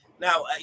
Now